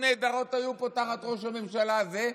נהדרות היו פה תחת ראש הממשלה הזה,